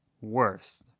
worst